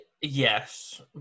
Yes